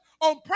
on